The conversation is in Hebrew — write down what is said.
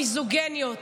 המיזוגיניות,